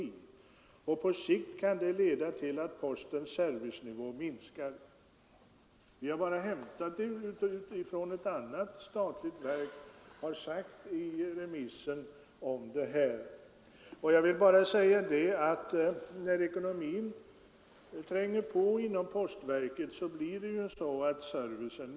På sikt kan detta leda till att postens servicenivå minskar.” Vi har alltså bara hämtat material ur remissyttrandet från ett statligt verk. Då det blir bekymmer med ekonomin inom postverket minskar ju servicen.